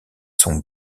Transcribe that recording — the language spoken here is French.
sont